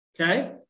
Okay